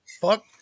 Fuck